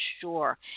sure